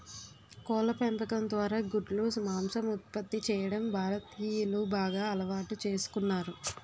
కోళ్ళ పెంపకం ద్వారా గుడ్లు, మాంసం ఉత్పత్తి చేయడం భారతీయులు బాగా అలవాటు చేసుకున్నారు